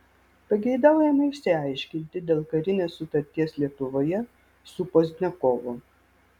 pageidaujama išsiaiškinti dėl karinės sutarties lietuvoje su pozdniakovu